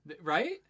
Right